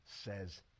says